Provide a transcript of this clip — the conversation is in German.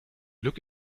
glück